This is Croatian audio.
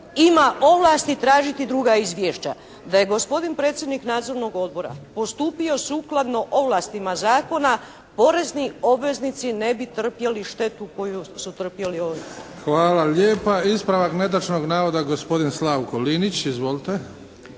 ima ovlasti tražiti druga izvješća. Da je gospodin predsjednik nadzornog odbora postupio sukladno ovlastima zakona porezni obveznici ne bi trpjeli štetu koju su trpjeli ovdje. **Bebić, Luka (HDZ)** Hvala lijepa. Ispravak netočnog navoda gospodin Slavko Linić. Izvolite.